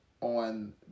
on